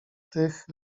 tych